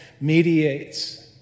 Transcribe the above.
mediates